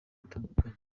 butandukanye